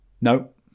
Nope